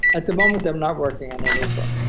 at the moment i'm not working on a new book,